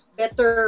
better